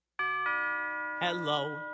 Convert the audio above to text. Hello